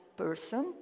person